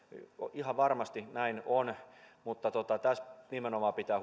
ihan varmasti näin on mutta tässä nimenomaan pitää